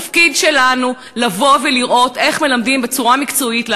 התפקיד שלנו לראות איך מלמדים בצורה מקצועית,